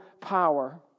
power